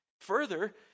Further